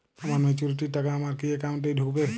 আমার ম্যাচুরিটির টাকা আমার কি অ্যাকাউন্ট এই ঢুকবে?